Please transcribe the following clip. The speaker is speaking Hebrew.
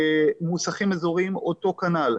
מוסכים אזוריים אותו כנ"ל.